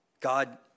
God